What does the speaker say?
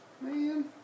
Man